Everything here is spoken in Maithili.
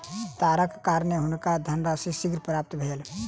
तारक कारणेँ हुनका धनराशि शीघ्र प्राप्त भेल